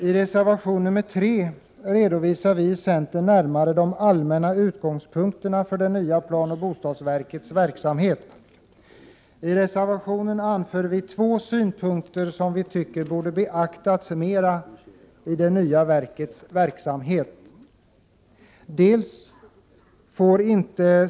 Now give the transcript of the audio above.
Så I reservation 3 redovisar vi från centern närmare de allmänna utgångspunkterna för det nya planoch bostadsverkets verksamhet. I reservationen anför vi två synpunkter som vi tycker borde beaktas mera i det nya verkets verksamhet.